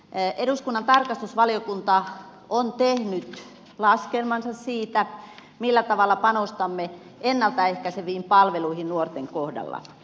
eduskunnan tarkastusvaliokunta on tehnyt laskelmansa siitä millä tavalla panostamme ennalta ehkäiseviin palveluihin nuorten kohdalla